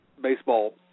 baseball